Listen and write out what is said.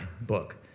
book